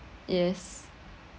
yes